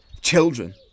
Children